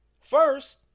First